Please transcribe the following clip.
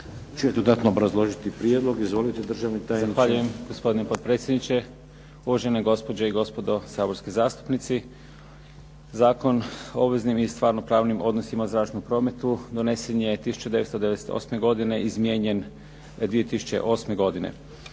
će dodatno obrazložiti prijedlog. Izvolite državni tajniče. **Breglec, Dražen** Zahvaljujem. Gospodine predsjedniče, uvažene gospođe i gospodo saborski zastupnici. Zakon o obveznim i stvarnopravnim odnosima u zračnom prometu donesen je 1998. godine, izmijenjen 2008. godine.